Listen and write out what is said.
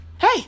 Hey